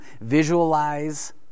visualize